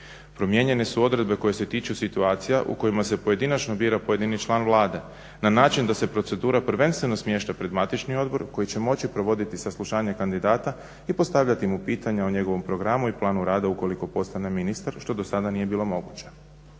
Promijene su odredbe koje se tiču situacija u kojima se pojedinačno bira pojedini član vlade na način da se procedura prvenstveno smješta pred matični odbor koji će moći provoditi saslušanje kandidata i postavljati mu pitanja o njegovom programu i planu rada ukoliko postane ministar što do sada nije bilo moguće.